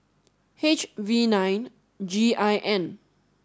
H V nine G I N